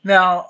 Now